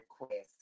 request